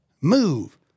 move